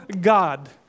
God